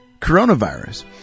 coronavirus